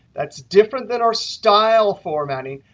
that's different than our style formatting.